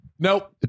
Nope